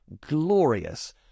glorious